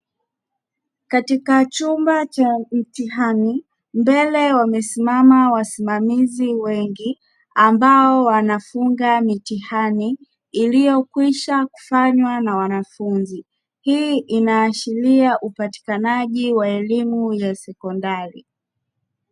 Katika chumba cha mtihani mbele wamesimama wasimamizi wengi ambao wanafunga mitihani iliyokwisha kufanya wanafunzi. Hii inaashiria upatikanaji wa elimu ya sekondari.